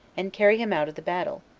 and carry him out of the battle,